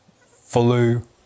flu